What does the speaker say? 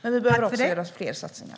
Men vi behöver också göra fler satsningar.